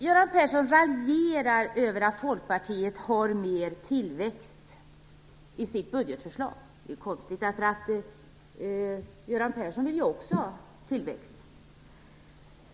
Göran Persson raljerar över att Folkpartiet har mer tillväxt i sitt budgetförslag. Det är konstigt. Göran Persson vill ju också ha tillväxt.